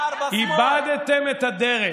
איבדתם את הדרך.